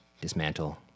dismantle